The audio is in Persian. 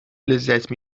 لذت